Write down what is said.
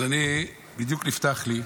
אז אני, בדיוק נפתח לי: